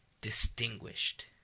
distinguished